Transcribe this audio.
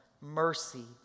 mercy